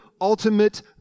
ultimate